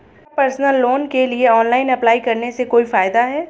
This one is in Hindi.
क्या पर्सनल लोन के लिए ऑनलाइन अप्लाई करने से कोई फायदा है?